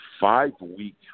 five-week